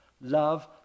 love